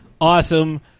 Awesome